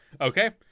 okay